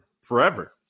forever